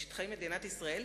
בשטחי מדינת ישראל,